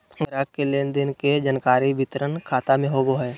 ग्राहक के लेन देन के जानकारी वितरण खाता में होबो हइ